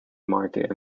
market